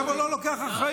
למה הוא לא לוקח אחריות?